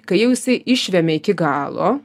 kai jau jisai išvemia iki galo